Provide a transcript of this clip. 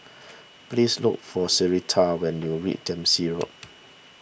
please look for Sarita when you read Dempsey Road